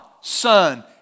Son